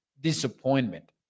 disappointment